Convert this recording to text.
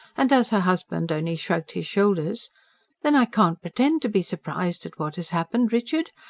and as her husband only shrugged his shoulders then i can't pretend to be surprised at what has happened, richard.